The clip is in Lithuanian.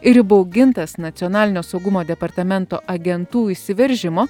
ir įbaugintas nacionalinio saugumo departamento agentų įsiveržimo